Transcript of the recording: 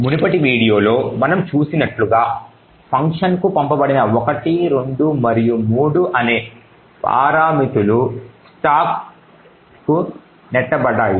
మునుపటి వీడియోలలో మనం చూసినట్లుగా ఫంక్షన్కు పంపబడిన 1 2 మరియు 3 అనే మూడు పారామితులు స్టాక్కు నెట్టబడతాయి